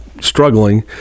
Struggling